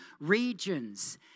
regions